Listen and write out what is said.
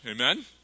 amen